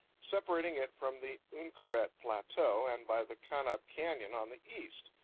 separating it from the uinkaret plateau, and by the kanab canyon on the east,